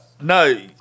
No